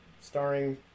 starring